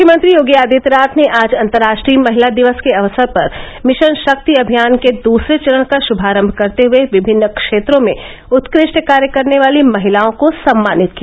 मुख्यमंत्री योगी आदित्यनाथ ने आज अन्तर्राष्ट्रीय महिला दिवस के अवसर पर मिशन शक्ति अभियान के दूसरे चरण का श्भारम्भ करते हए विभिन्न क्षेत्रों में उत्कृष्ट कार्य करने वाली महिलाओं को सम्मानित किया